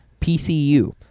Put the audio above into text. pcu